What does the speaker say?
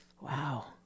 Wow